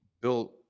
bill